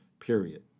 period